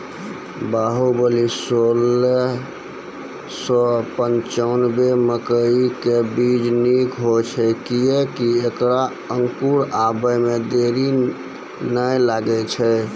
बाहुबली सोलह सौ पिच्छान्यबे मकई के बीज निक होई छै किये की ऐकरा अंकुर आबै मे देरी नैय लागै छै?